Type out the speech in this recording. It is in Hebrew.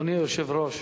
אדוני היושב-ראש,